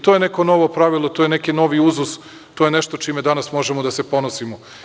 To je neko novo pravilo, to je neki novi uzus i to je nešto čime možemo danas da se ponosimo.